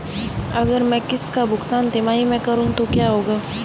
अगर मैं किश्त का भुगतान तिमाही में करूं तो क्या होगा?